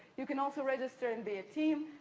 you can also register and be a team,